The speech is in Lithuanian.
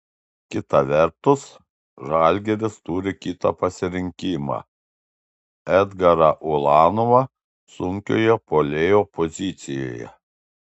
kita vertus žalgiris turi kitą pasirinkimą edgarą ulanovą sunkiojo puolėjo pozicijoje